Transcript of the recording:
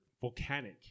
volcanic